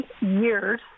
years